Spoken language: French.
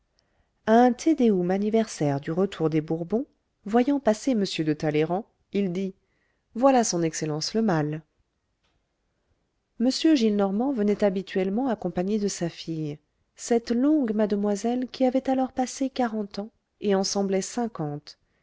un te deum anniversaire du retour des bourbons voyant passer m de talleyrand il dit voilà son excellence le mal m gillenormand venait habituellement accompagné de sa fille cette longue mademoiselle qui avait alors passé quarante ans et en semblait cinquante